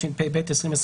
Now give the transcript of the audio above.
התשפ"ב-2021"